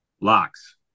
Locks